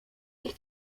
ich